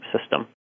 system